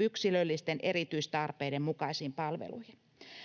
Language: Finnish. yksilöllisten erityistarpeiden mukaisiin palveluihin.